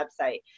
website